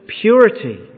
purity